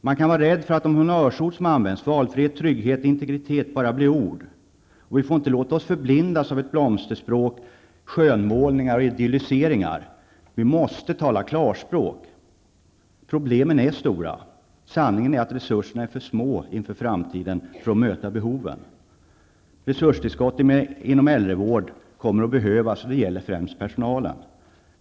Man är rädd för att de honörsord som används -- valfrihet, trygghet och integritet -- bara blir ord. Vi får inte låta oss förblindas av ett blomsterspråk, skönmålningar och idylliseringar. Vi måste tala klarspråk. Problemen är stora. Sanningen är att resurserna för framtiden är för små för att möta behoven. Resurstillskott inom äldrevård kommer att behövas, och det gäller främst personalen.